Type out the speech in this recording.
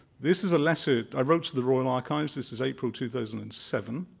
this is a letter i wrote to the royal archives. this is april, two thousand and seven.